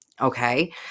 Okay